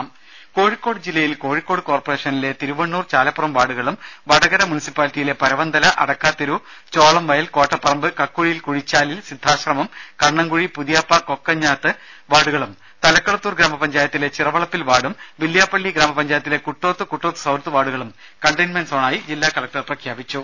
രുമ കോഴിക്കോട് ജില്ലയിൽ കോഴിക്കോട് കോർപ്പറേഷനിലെ തിരുവണ്ണൂർ ചാലപ്പുറം വാർഡുകളും വടകര മുൻസിപ്പാലിറ്റിയിലെ പരവന്തല അടക്കാത്തെരു ചോളംവയൽ കോട്ടപ്പറമ്പ് കക്കുഴിയിൽ കുഴിച്ചാലിൽ സിദ്ധാശ്രമം കണ്ണംകുഴി പുതിയാപ്പ വാർഡുകളും തലക്കുളത്തൂർ കൊക്കഞ്ഞാത്ത് ഗ്രാമപഞ്ചായത്തിലെ ചിറവളപ്പിൽ വാർഡും വില്യാപ്പള്ളി ഗ്രാമപഞ്ചായത്തിലെ കുട്ടോത്ത് കുട്ടോത്ത് സൌത്ത് വാർഡുകളും കണ്ടെയ്മെന്റ്സോണായി ജില്ലാ കലക്ടർ പ്രഖ്യാപിച്ചു